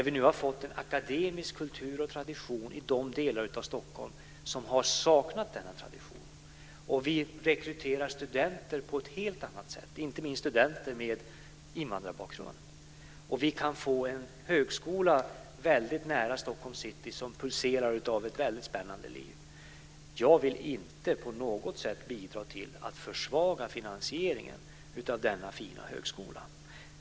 Vi har nu fått en akademisk kultur och tradition i de delar av Stockholm som har saknat denna tradition. Vi rekryterar studenter på ett helt annat sätt, inte minst studenter med invandrarbakgrund. Och vi kan få en högskola väldigt nära Stockholms city som pulserar av ett väldigt spännande liv. Jag vill inte på något sätt bidra till att försvaga finansieringen av denna fina högskola.